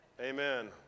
Amen